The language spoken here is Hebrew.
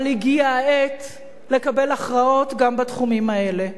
אבל הגיעה העת לקבל הכרעות גם בתחומים האלה,